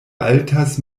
altas